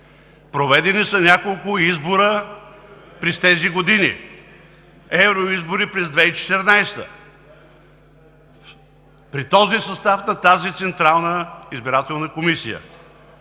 Проведени са няколко избора през тези години: Евроизбори през 2014 г. при този състав на тази Централна избирателна комисия.